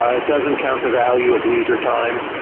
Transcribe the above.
ah it doesn't count the value of leisure time.